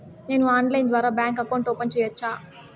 నేను ఆన్లైన్ ద్వారా bank account open సేయొచ్చా?